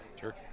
Sure